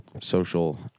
social